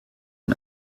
den